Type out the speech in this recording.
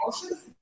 emotions